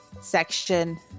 section